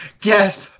Gasp